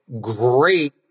great